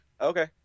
okay